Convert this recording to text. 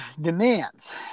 demands